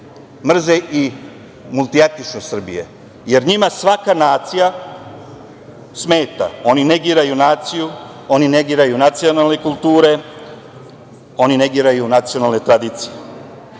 mrze i multietničnost Srbije, jer njima svaka nacija smeta. Oni negiraju naciju, oni negiraju nacionalne kulture, oni negiraju nacionalne tradicije.